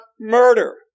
murder